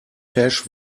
hash